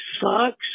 sucks